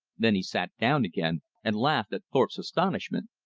then he sat down again, and laughed at thorpe's astonishment.